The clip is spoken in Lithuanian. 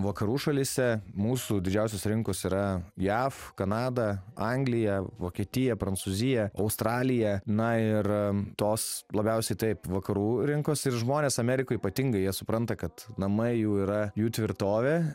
vakarų šalyse mūsų didžiausios rinkos yra jav kanada anglija vokietija prancūzija australija na ir tos labiausiai taip vakarų rinkos ir žmonės amerikoj ypatingai jie supranta kad namai jų yra jų tvirtovė